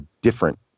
different